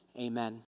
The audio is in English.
amen